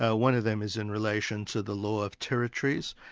ah one of them is in relation to the law of territories.